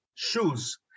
Shoes